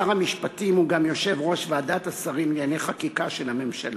שר המשפטים הוא גם יושב-ראש ועדת השרים לענייני חקיקה של הממשלה.